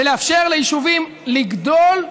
ולאפשר ליישובים לגדול,